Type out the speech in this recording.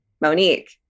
Monique